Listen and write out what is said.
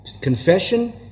Confession